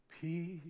Peace